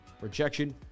Rejection